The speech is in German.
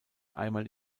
einmal